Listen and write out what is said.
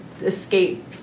escape